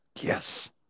Yes